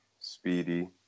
Speedy